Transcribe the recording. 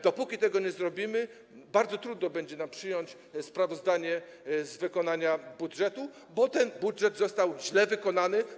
Dopóki tego nie zrobimy, bardzo trudno będzie nam przyjąć sprawozdanie z wykonania budżetu, bo ten budżet został źle wykonany.